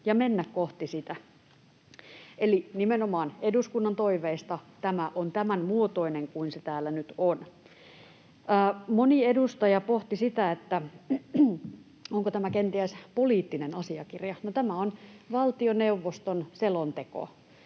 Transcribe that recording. ja mennä kohti sitä. Eli nimenomaan eduskunnan toiveista tämä on tämän muotoinen kuin se täällä nyt on. Moni edustaja pohti sitä, onko tämä kenties poliittinen asiakirja. No, tämä on valtioneuvoston selonteko.